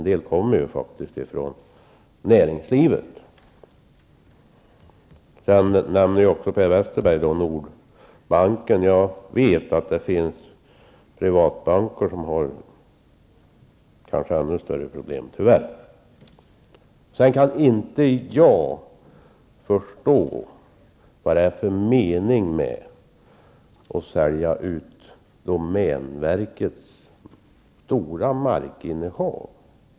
En del kommer faktiskt ifrån näringslivet. Sedan nämnde också Per Westerberg Nordbanken. Jag vet att det finns privatbanker som tyvärr kanske har ännu större problem. Jag kan inte förstå vad det är för mening med att sälja ut domänverkets stora markinnehav.